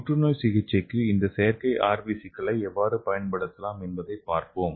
புற்றுநோய் சிகிச்சைக்கு இந்த செயற்கை RBC களை எவ்வாறு பயன்படுத்தலாம் என்பதைப் பார்ப்போம்